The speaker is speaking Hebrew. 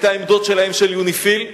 את העמדות שלהם, של יוניפי"ל,